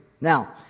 Now